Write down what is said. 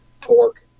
pork